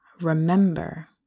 remember